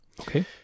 Okay